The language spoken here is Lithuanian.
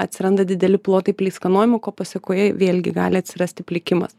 atsiranda dideli plotai pleiskanojimo ko pasekoje vėlgi gali atsirasti plikimas